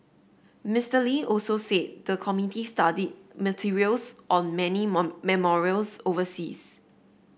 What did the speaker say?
Mister Lee also said the committee studied materials on many memorials overseas